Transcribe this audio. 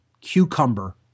cucumber